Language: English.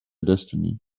destiny